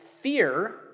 fear